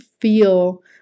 feel